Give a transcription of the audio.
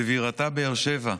בבירתה באר שבע,